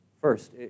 First